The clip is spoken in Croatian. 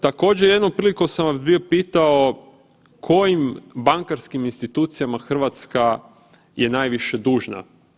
Također jednom prilikom sam vas bio pitao kojim bankarskim institucijama Hrvatska je najviše dužna.